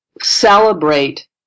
celebrate